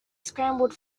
scrambled